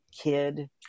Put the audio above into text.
kid